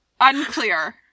unclear